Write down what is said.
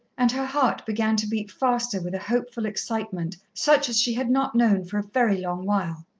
and her heart began to beat faster with a hopeful excitement such as she had not known for a very long while.